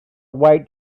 white